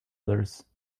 others